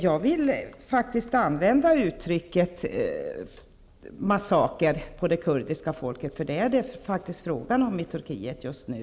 Jag vill faktisk använda uttrycket massaker på det kurdiska folket. Det är det faktiskt frågan om i Turkiet just nu.